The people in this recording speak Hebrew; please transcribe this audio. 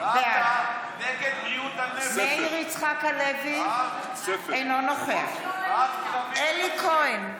בעד מאיר יצחק הלוי, אינו נוכח אלי כהן,